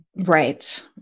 Right